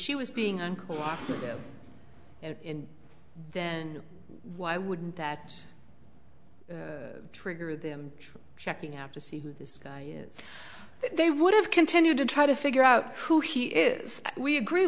she was being uncooperative in then why wouldn't that trigger them checking out to see who this guy is they would have continued to try to figure out who he is we agree